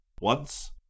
Once—